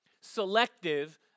Selective